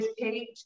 page